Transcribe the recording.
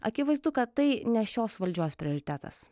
akivaizdu kad tai ne šios valdžios prioritetas